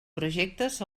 projectes